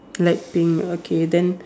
black pink okay then